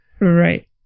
Right